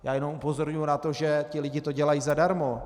Já jenom upozorňuji na to, že ti lidé to dělají zadarmo.